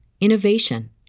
innovation